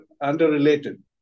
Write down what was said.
under-related